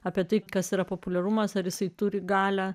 apie tai kas yra populiarumas ar jisai turi galią